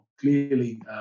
clearly